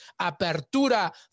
Apertura